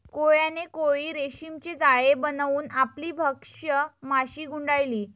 कोळ्याने कोळी रेशीमचे जाळे बनवून आपली भक्ष्य माशी गुंडाळली